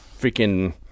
freaking